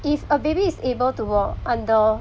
if a baby is able to walk under